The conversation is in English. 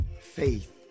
faith